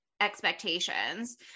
expectations